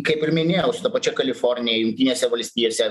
kaip ir minėjau su ta pačia kalifornija jungtinėse valstijose